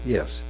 Yes